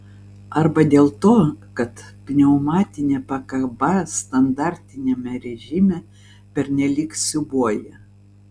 arba dėl to kad pneumatinė pakaba standartiniame režime pernelyg siūbuoja